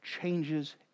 changes